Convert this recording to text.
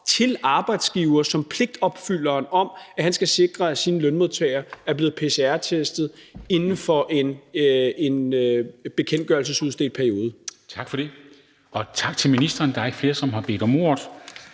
til arbejdsgiveren som pligtopfylderen om, at han skal sikre, at ahns lønmodtagere er blevet pcr-testet inden for en bekendtgørelsesudstedt periode. Kl. 16:09 Formanden (Henrik Dam Kristensen): Tak for det. Tak til ministeren. Der er ikke flere, der har bedt om ordet,